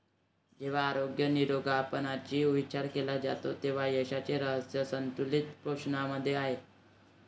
जेव्हा आरोग्य निरोगीपणाचा विचार केला जातो तेव्हा यशाचे रहस्य संतुलित पोषणामध्ये आहे